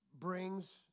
brings